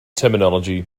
terminology